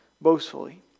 boastfully